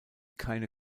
keine